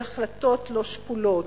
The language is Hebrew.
של החלטות לא שפויות,